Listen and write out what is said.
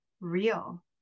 real